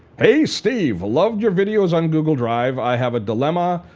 hey steve, loved your videos on google drive. i have a dilemma.